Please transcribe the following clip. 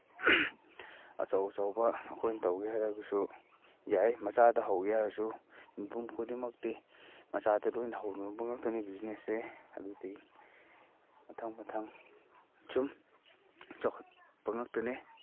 ꯑꯆꯧ ꯑꯆꯧꯕ ꯑꯩꯈꯣꯏꯅ ꯇꯧꯒꯦ ꯍꯥꯏꯔꯒꯁꯨ ꯌꯥꯏ ꯃꯆꯥꯗ ꯍꯧꯒꯦ ꯍꯥꯏꯔꯁꯨ ꯃꯤꯄꯨꯝ ꯈꯨꯗꯤꯡꯃꯛꯇꯤ ꯃꯆꯥꯗ ꯂꯣꯏꯅ ꯍꯧꯅꯕ ꯉꯥꯛꯇꯅꯤ ꯕꯤꯖꯤꯅꯦꯁꯁꯦ ꯑꯗꯨꯗꯩ ꯃꯊꯪ ꯃꯊꯪ ꯁꯨꯝ ꯆꯥꯎꯈꯠꯄ ꯉꯥꯛꯇꯅꯦ